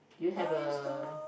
do you have a